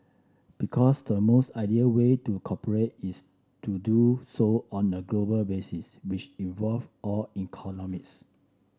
because the most ideal way to cooperate is to do so on a global basis which involve all economies